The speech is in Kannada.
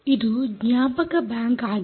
ಇದು ಜ್ಞಾಪಕ ಬ್ಯಾಂಕ್ ಆಗಿದೆ